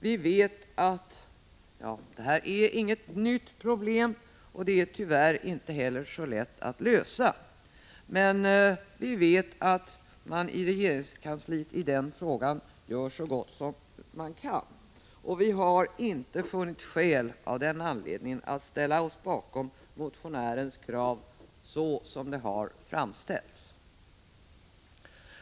Vi vet att det här inte är något nytt problem, och det är tyvärr inte heller så lätt att lösa, men vi vet också att man i regeringskansliet i denna fråga gör så gott man kan. Vi har av den anledningen inte funnit skäl att ställa oss bakom motionärens krav så som det har framställts.